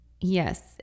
Yes